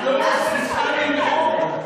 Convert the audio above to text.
את לא מפסיקה לנאום.